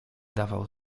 dawał